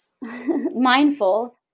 mindful